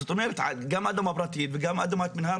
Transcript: זאת אומרת גם אדמה פרטית וגם אדמת מינהל,